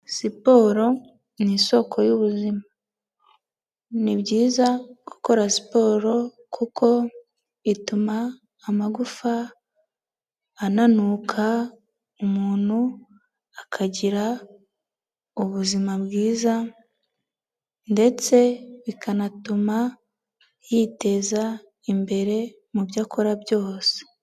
Siporo ni isoko y'ubuzima, ni byizayiza gukora siporo kuko ituma amagufa ananuka, umuntu akagira ubuzima bwiza ndetse bikanatuma yiteza imbere mu byo akora byose.